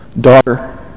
daughter